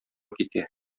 китә